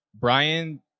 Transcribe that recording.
Brian